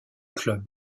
club